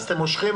אז אתם מושכים.